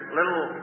little